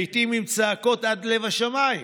לעיתים עם צעקות עד לב השמיים,